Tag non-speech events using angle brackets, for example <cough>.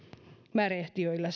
märehtijöillä <unintelligible>